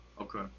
Okay